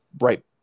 right